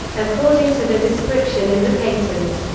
according to the description in the patent,